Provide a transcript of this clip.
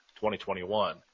2021